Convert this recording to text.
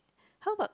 how about